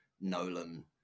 Nolan